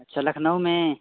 अच्छा लखनऊ में